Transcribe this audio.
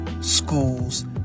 schools